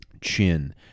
chin